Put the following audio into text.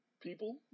people